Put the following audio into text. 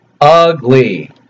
Ugly